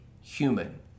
human